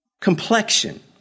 complexion